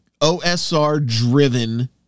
OSR-driven